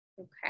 Okay